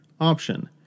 option